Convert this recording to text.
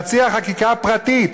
להציע חקיקה פרטית.